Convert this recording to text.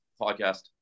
podcast